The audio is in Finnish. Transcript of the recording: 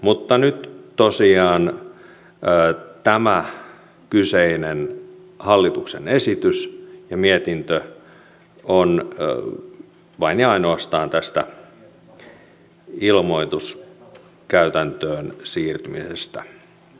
mutta nyt tosiaan tämä kyseinen hallituksen esitys ja mietintö on vain ja ainoastaan tästä ilmoituskäytäntöön siirtymisestä